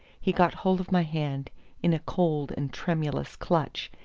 he got hold of my hand in a cold and tremulous clutch,